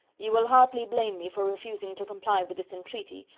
you will hardly blame me for refusing to comply with this entreaty,